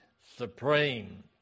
supreme